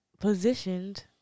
positioned